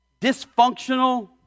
dysfunctional